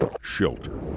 shelter